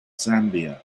zambia